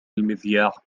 المذياع